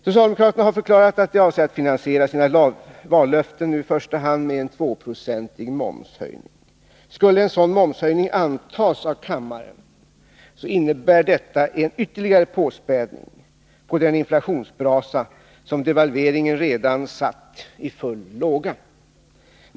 Socialdemokraterna har förklarat att de avser att finansiera sina vallöften i första hand med en tvåprocentig momshöjning. Skulle en sådan momshöjning antas av kammaren, innebär detta ytterligare en påspädning på den inflationsbrasa som devalveringen redan satt i full låga.